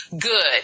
good